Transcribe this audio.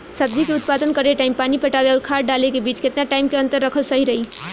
सब्जी के उत्पादन करे टाइम पानी पटावे आउर खाद डाले के बीच केतना टाइम के अंतर रखल सही रही?